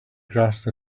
grasped